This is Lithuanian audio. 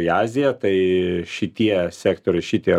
į aziją tai šitie sektoriai šitie